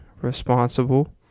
responsible